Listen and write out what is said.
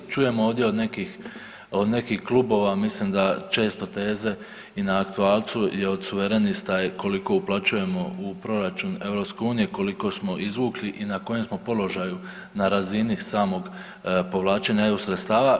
Čujemo ovdje od nekih klubova, mislim da često teze i na aktualcu je od suverenista je koliko uplaćujemo u proračun EU, koliko smo izvukli i na kojem smo položaju na razini samog povlačenja EU sredstava.